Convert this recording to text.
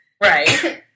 Right